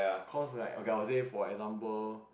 cause like okay I will say for example